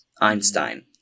Einstein